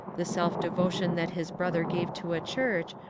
the self-devotion that his brother gave to a church,